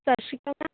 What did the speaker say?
ਸਤਿ ਸ਼੍ਰੀ ਅਕਾਲ